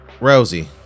Rosie